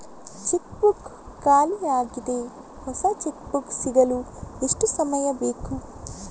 Check book ಖಾಲಿ ಯಾಗಿದೆ, ಹೊಸ ಚೆಕ್ ಬುಕ್ ಸಿಗಲು ಎಷ್ಟು ಸಮಯ ಬೇಕು?